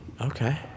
Okay